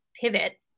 pivot